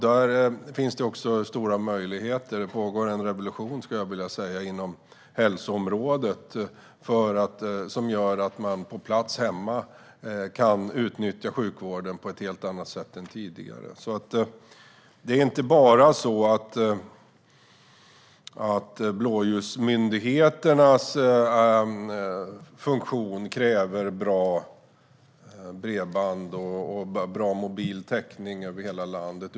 Där finns det också stora möjligheter. Jag skulle vilja säga att det pågår en revolution inom hälsoområdet som gör att man på plats hemma kan utnyttja sjukvården på ett helt annat sätt än tidigare. Det är alltså inte bara blåljusmyndigheternas funktion som kräver bra bredband och bra mobil täckning över hela landet.